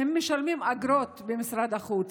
הם משלמים אגרות במשרד החוץ.